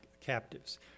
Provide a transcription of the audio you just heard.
captives